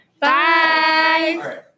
Bye